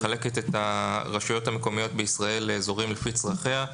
מחלקת את הרשויות המקומיות בישראל לאזורים לפי צרכיה.